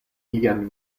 lian